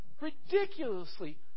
ridiculously